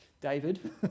David